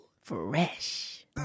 Fresh